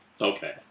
Okay